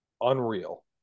unreal